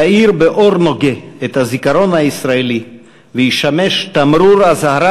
יאיר באור נוגה את הזיכרון הישראלי וישמש תמרור אזהרה